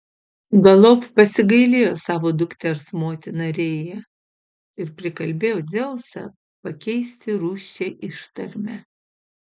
galop pasigailėjo savo dukters motina rėja ir prikalbėjo dzeusą pakeisti rūsčią ištarmę